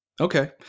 okay